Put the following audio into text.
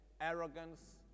arrogance